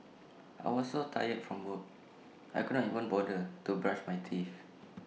I was so tired from work I could not even bother to brush my teeth